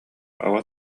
оҕо